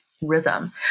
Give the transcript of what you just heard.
rhythm